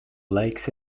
lakes